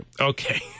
okay